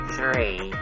Three